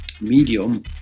medium